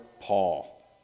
Paul